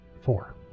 four